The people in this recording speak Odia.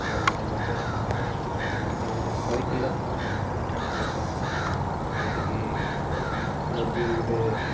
ଆଉ ମତେ ଗୋଟେ ଶହେ କିଲୋ ମିଠାଟା ଦରକାର ଥିଲା ଯେଉଁଠିକି ଲଡ଼ୁ ଗୁଡ଼େ